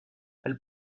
elle